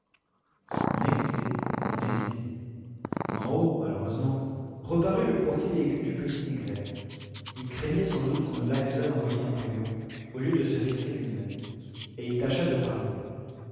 on écoutait on hésitait en haut malheureusement reparut le profil aigu du petit négrel il craignait sans doute qu'on ne l'accusât d'envoyer un porion au lieu de se risquer lui-même et il tâcha de parler